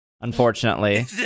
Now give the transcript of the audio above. unfortunately